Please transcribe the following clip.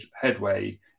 headway